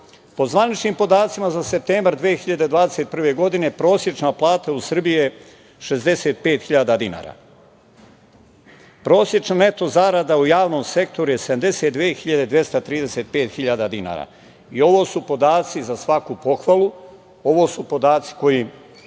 zvaničnim podacima za septembar 2021. godine prosečna plata u Srbiji je 65.000 dinara. Prosečna neto zarada u javnom sektoru je 72.235 dinara i ovo su podaci za svaku pohvalu. Ovo su podaci kojima